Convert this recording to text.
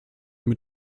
mit